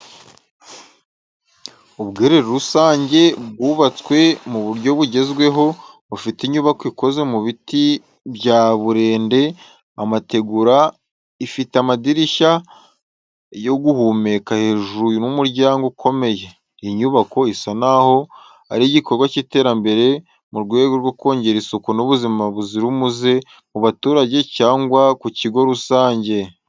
Ubwiherero rusange bwubatswe mu buryo bugezweho, bufite inyubako ikozwe mu biti bya burende, amategura, ifite amadirishya yo guhumeka hejuru n’umuryango ukomeye. Iyi nyubako isa naho ari igikorwa cy’iterambere mu rwego rwo kongera isuku n’ubuzima buzira umuze mu baturage cyangwa mu kigo rusange.